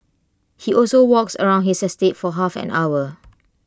he also walks around his estate for half an hour